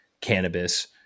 cannabis